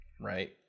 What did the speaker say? right